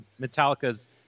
Metallica's